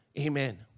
Amen